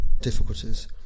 difficulties